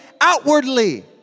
outwardly